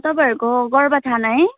तपाईँहरूको गोरुबथान है